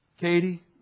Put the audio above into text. Katie